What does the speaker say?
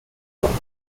joints